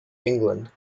england